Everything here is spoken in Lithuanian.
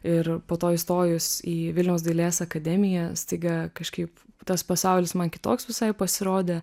ir po to įstojus į vilniaus dailės akademiją staiga kažkaip tas pasaulis man kitoks visai pasirodė